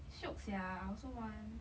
shiok sia I also want